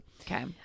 okay